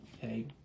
Okay